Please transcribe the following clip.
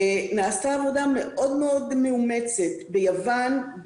נעשתה עבודה מאוד מאוד מאומצת ביוון,